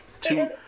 Two